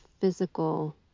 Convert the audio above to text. physical